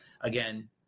Again